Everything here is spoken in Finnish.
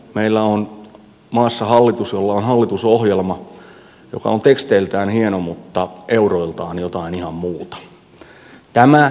meillä on maassa hallitus jolla on hallitusohjelma joka on teksteiltään hieno mutta euroiltaan jotain ihan muuta